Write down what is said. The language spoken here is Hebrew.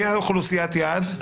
מי אוכלוסיית היעד?